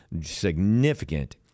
significant